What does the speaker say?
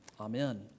Amen